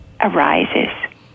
arises